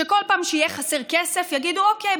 שכל פעם שיהיה חסר כסף יגידו: אוקיי,